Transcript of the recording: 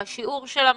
על שיעור המאומתים,